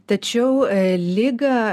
tačiau ligą